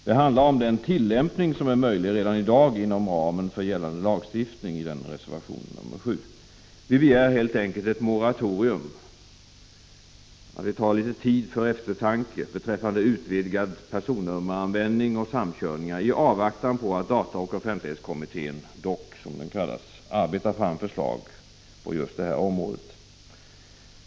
Det handlar om den tillämpning som är möjlig redan i dag inom ramen för gällande lagstiftning. Vi begär helt enkelt ett moratorium, att man tar litet tid för att tänka efter beträffande utvidgad personnummeranvändning och samkörningar i avvaktan på att dataoch offentlighetskommittén, DOK som den kallas, arbetar fram förslag på just det här området.